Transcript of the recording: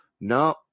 No